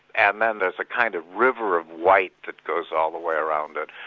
and then there's a kind of river of white that goes all the way around it,